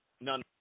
None